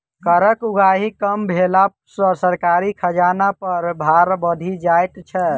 करक उगाही कम भेला सॅ सरकारी खजाना पर भार बढ़ि जाइत छै